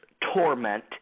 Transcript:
torment